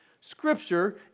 Scripture